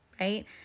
right